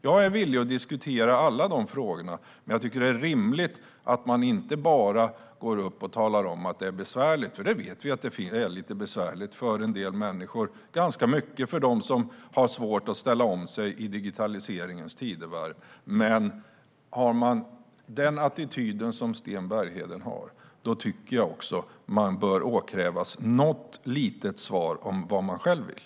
Jag är villig att diskutera alla dessa frågor, men jag tycker att det är rimligt att man inte bara går upp i talarstolen och talar om att det är besvärligt. Vi vet att det är lite besvärligt för en del människor och att det är ganska mycket besvärligt för den som har svårt att ställa om sig i digitaliseringens tidevarv. Men har man den attityd Sten Bergheden har tycker jag också att man bör avkrävas något litet svar om vad man själv vill.